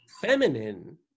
feminine